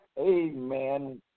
Amen